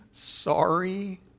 Sorry